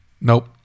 Nope